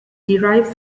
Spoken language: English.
derive